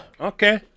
Okay